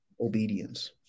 obedience